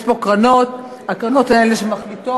יש פה קרנות, והקרנות הן שמחליטות.